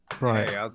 Right